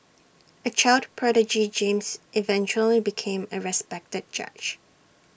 A child prodigy James eventually became A respected judge